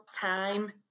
time